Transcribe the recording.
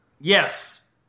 Yes